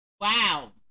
wow